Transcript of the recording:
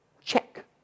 check